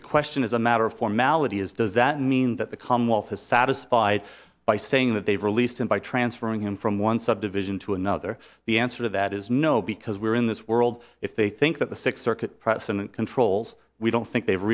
the question is a matter of formality is does that mean that the commonwealth is satisfied by saying that they've released him by transferring him from one subdivision to another the answer to that is no because we're in this world if they think that the six circuit precedent controls we don't think they've